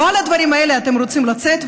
לא על הדברים האלה אתם רוצים לצאת,